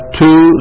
two